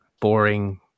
Boring